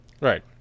Right